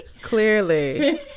Clearly